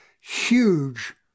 huge